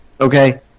okay